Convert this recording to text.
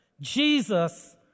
Jesus